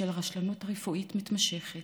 בשל רשלנות רפואית מתמשכת,